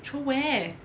throw where